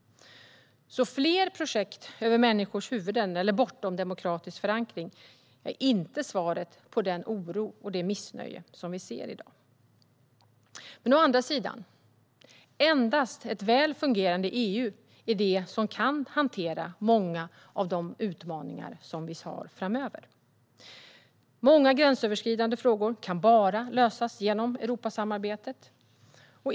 Fler projekt över människors huvuden eller bortom demokratisk förankring är inte svaret på den oro och det missnöje vi ser i dag. Men å andra sidan är det endast ett väl fungerande EU som kan hantera många av de utmaningar vi har framöver. Många gränsöverskridande frågor kan bara lösas genom Europasamarbetet.